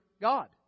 God